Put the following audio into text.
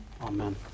Amen